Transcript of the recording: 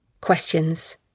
Questions